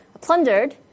plundered